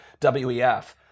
WEF